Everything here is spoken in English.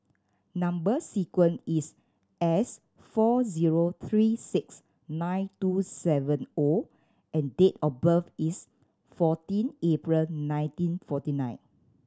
number sequence is S four zero three six nine two seven O and date of birth is fourteen April nineteen forty nine